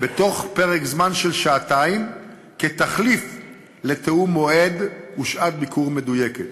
בתוך פרק זמן של שעתיים כתחליף לתיאום מועד ושעת ביקור מדויקת.